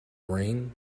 ring